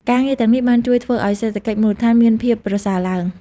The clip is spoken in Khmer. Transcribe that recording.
ការងារទាំងនេះបានជួយធ្វើឲ្យសេដ្ឋកិច្ចមូលដ្ឋានមានភាពប្រសើរឡើង។